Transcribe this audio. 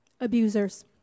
abusers